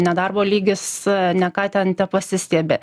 nedarbo lygis ne ką ten tepasistiebė